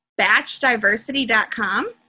batchdiversity.com